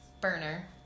burner